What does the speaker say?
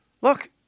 Look